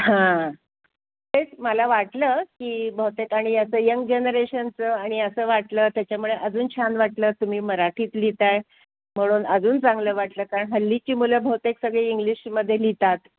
हां तेच मला वाटलं की बहुतेक आणि असं यंग जनरेशनचं आणि असं वाटलं त्याच्यामुळे अजून छान वाटलं तुम्ही मराठीत लिहित आहे म्हणून अजून चांगलं वाटलं कारण हल्लीची मुलं बहुतेक सगळी इंग्लिशमध्ये लिहितात